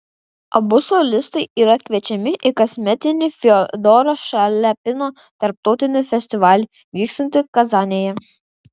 abu solistai yra kviečiami į kasmetinį fiodoro šaliapino tarptautinį festivalį vykstantį kazanėje